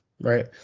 right